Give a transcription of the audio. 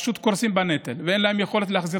פשוט קורסים מהנטל ואין להם יכולת להחזיר